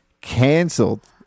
canceled